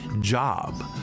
job